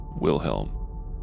Wilhelm